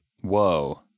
Whoa